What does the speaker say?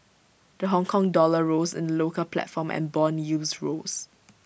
the Hongkong dollar rose in local platform and Bond yields rose